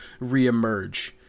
reemerge